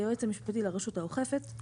היועץ המשפטי לרשות האוכפת,